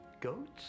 Goats